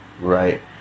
right